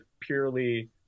purely